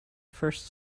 first